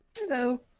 Hello